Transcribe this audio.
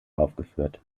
aufgeführt